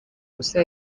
ubusa